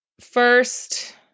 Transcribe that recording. first